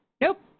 nope